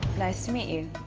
nice to meet you.